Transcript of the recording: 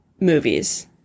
movies